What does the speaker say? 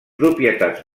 propietats